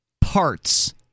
parts